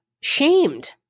Shamed